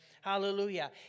hallelujah